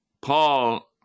Paul